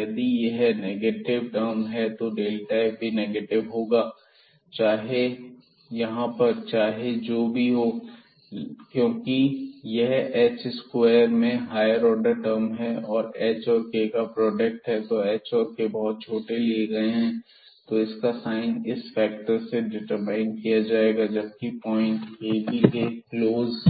यदि है negative term है तो f भी नेगेटिव होगा यहां पर चाहे जो भी हो क्योंकि यह h स्क्वायर मैं हायर ऑर्डर टर्म है और यह h और k का प्रोडक्ट है तो h और k बहुत छोटे लिए गए हैं तो इसका साइन इस फैक्टर से डिटरमाइन किया जाएगा जबकि पॉइंट abके क्लोज